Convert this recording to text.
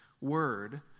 word